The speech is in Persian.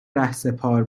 رهسپار